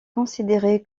considéré